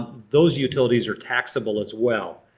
those utilities are taxable as well.